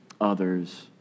others